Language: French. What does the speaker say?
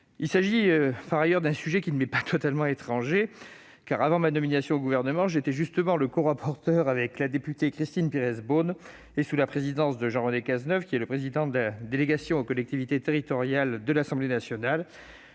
Il s'agit d'ailleurs d'un sujet qui ne m'est pas totalement étranger, car, avant ma nomination au Gouvernement, j'étais justement corapporteur avec la députée Christine Pires Beaune, et sous la présidence de Jean-René Cazeneuve, président de la délégation aux collectivités territoriales de l'Assemblée nationale,